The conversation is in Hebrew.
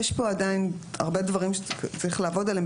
יש פה עדיין הרבה דברים שצריך לעבוד עליהם.